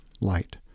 light